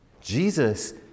Jesus